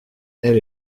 elle